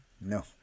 No